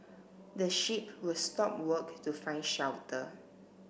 the sheep will stop work to find shelter